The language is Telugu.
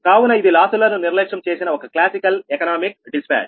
కావున ఇది లాసులను నిర్లక్ష్యం చేసిన ఒక క్లాసికల్ ఎకనామిక్ డిస్పాచ్